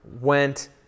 went